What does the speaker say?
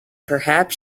perhaps